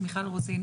מיכל רוזין,